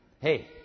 Hey